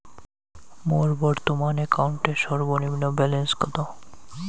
মোর বর্তমান অ্যাকাউন্টের সর্বনিম্ন ব্যালেন্স কত?